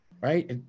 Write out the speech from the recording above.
right